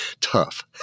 tough